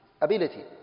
ability